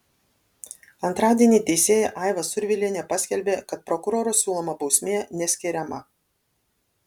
antradienį teisėja aiva survilienė paskelbė kad prokuroro siūloma bausmė neskiriama